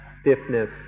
stiffness